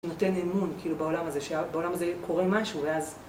נותן אמון בעולם הזה, שבעולם הזה קורה משהו ואז...